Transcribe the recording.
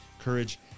courage